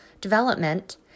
development